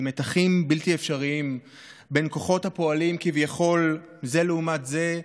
עם מתחים בלתי אפשריים בין כוחות הפועלים כביכול זה לעומת זה,